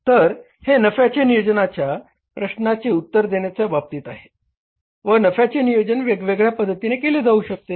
तर हे नफ्याच्या नियोजनाच्या प्रश्नाचे उत्तर देण्याच्या बाबतीत आहे व नफ्याचे नियोजन वेगवेगळ्या पद्धतीने केले जाऊ शकते